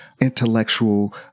intellectual